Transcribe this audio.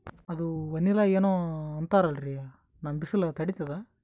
ಅದು ವನಿಲಾ ಏನೋ ಅಂತಾರಲ್ರೀ, ನಮ್ ಬಿಸಿಲ ತಡೀತದಾ?